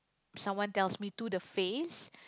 someone tells me to the face